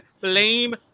Blame